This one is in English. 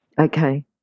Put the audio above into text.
Okay